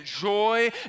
joy